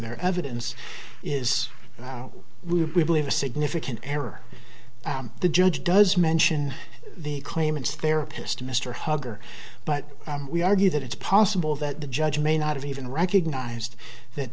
their evidence is we believe a significant error the judge does mention the claimants therapist mr hugger but we argue that it's possible that the judge may not have even recognized that